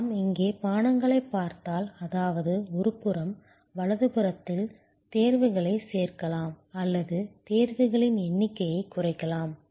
நாம் இங்கே பானங்களைப் பார்த்தால் அதாவது ஒருபுறம் வலதுபுறத்தில் தேர்வுகளைச் சேர்க்கலாம் அல்லது தேர்வுகளின் எண்ணிக்கையைக் குறைக்கலாம்